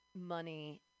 money